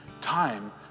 time